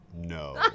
No